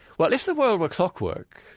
well, if the world were clockwork,